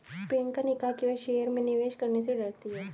प्रियंका ने कहा कि वह शेयर में निवेश करने से डरती है